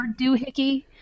doohickey